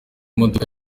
modoka